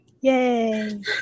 Yay